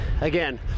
again